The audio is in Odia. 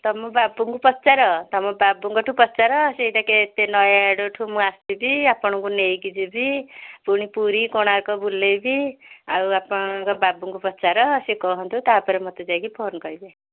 ତୁମ ବାବୁଙ୍କୁ ପଚାର ତୁମ ବାବୁଙ୍କ ଠୁ ପଚାର ସେ କେତେ ନୟାଗଡ଼ ଠୁ ମୁଁ ଆସିବି ଆପଣଙ୍କୁ ନେଇକି ଯିବି ପୁଣି ପୁରୀ କୋଣାର୍କ ବୁଲାଇବି ଆଉ ଆପଣଙ୍କ ବାବୁଙ୍କୁ ପଚାର ସେ କୁହନ୍ତୁ ତା'ପରେ ମୋତେ ଯାଇକି ଫୋନ କରିବେ